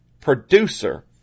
producer